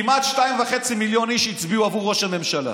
כמעט 2.5 מיליון איש הצביעו עבור ראש הממשלה.